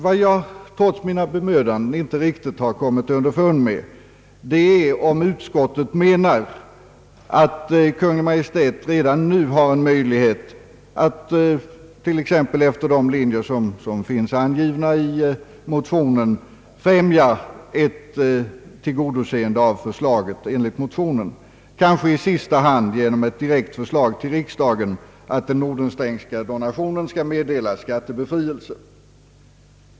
Vad jag trots mina bemödanden inte riktigt kommit underfund med är om utskottet menar att Kungl. Maj:t redan nu har möjlighet att — t.ex. efter de linjer som finns angivna i motionen — främja ett tillgodoseende av förslaget enligt motionen — kanske i sista hand genom ett direkt förslag till riksdagen att den Nordenstrengska donationen skall meddelas skattebefrielse.